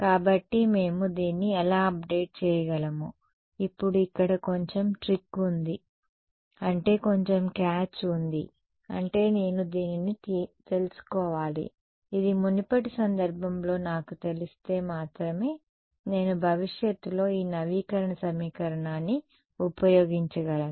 కాబట్టి మేము దీన్ని ఎలా అప్డేట్ చేయగలము ఇప్పుడు ఇక్కడ కొంచెం ట్రిక్ ఉంది అంటే కొంచెం క్యాచ్ ఉంది అంటే నేను దీనిని తెలుసుకోవాలి ఇది మునుపటి సందర్భంలో నాకు తెలిస్తే మాత్రమే నేను భవిష్యత్తు లో ఈ నవీకరణ సమీకరణాన్ని ఉపయోగించగలను